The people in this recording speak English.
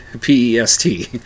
P-E-S-T